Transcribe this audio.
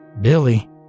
Billy